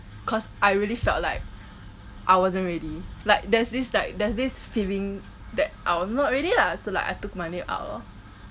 cause I really felt like I wasn't ready like that's this like there's this feeling that I'm not ready lah so like I took my name out lor